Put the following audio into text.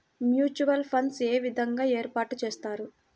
Mutual funds ఏ విధంగా ఏర్పాటు చేస్తారు?